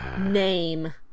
name